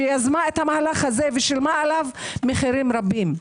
שיזמה את המהלך הזה ושילמה עליו מחירים רבים,